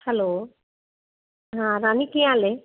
hello ਹਾਂ ਰਾਨੀ ਕੀ ਹਾਲ ਏ